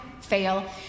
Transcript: fail